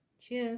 cheers